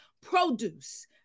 produce